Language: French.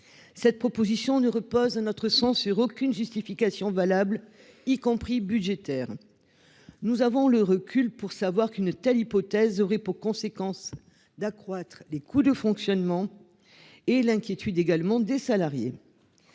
Cette proposition ne repose notre sang sur aucune justification valable y compris budgétaires. Nous avons le recul pour savoir qu'une telle hypothèse aurait pour conséquence d'accroître les coûts de fonctionnement. Et l'inquiétude également des salariés.